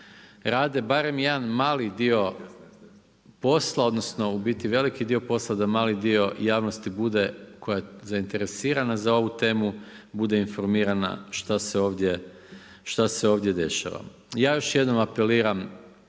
rade barem jedan mali dio posla odnosno u biti, u veliki dio posla da mali dio javnosti bude koja je zainteresirana za ovu temu, bude informirana šta se ovdje dešava. Ja još jednom apeliram